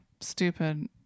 stupid